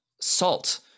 salt